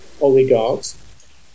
oligarchs